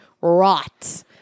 Rot